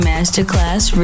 Masterclass